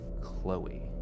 Chloe